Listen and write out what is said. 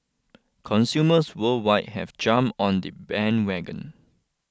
consumers worldwide have jump on the bandwagon